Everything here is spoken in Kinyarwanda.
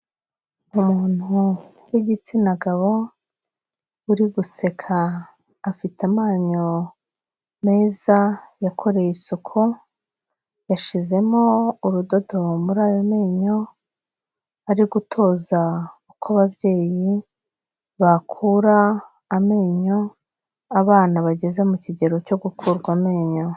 Umuntu wigitsina gabo uri guseka afite amanyo meza yakoreye isuku yashizemo urudodo muri ayo menyo, ari gutoza uko ababyeyi bakura amenyo abana bageze mu kigero cyo gukurwa amenyo.